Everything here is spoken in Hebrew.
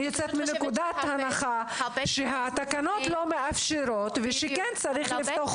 אני יוצאת מנקודת הנחה שהתקנות לא מאפשרות ושכן צריך לפתוח